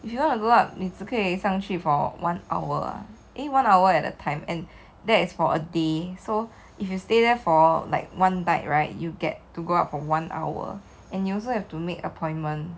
if you want to go up 你只可以上去 for one hour eh one hour at a time and that is for a day so if you stay there for like one night right you get to go up for one hour and you also have to make appointment